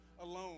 alone